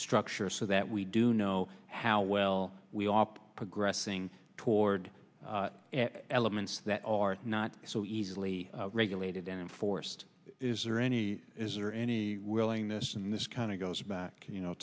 structure so that we do know how well we op progressing toward elements that are not so easily regulated and enforced is there any is there any willingness in this kind of goes back you know